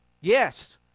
Yes